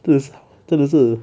真的是真的是